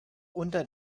unter